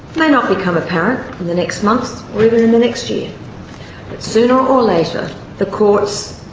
may not become apparent in the next months or even in the next year sooner or later the courts,